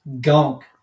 gunk